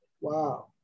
Wow